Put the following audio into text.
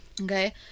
okay